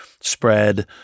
spread